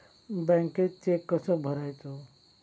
बँकेत चेक कसो भरायचो?